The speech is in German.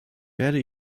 werde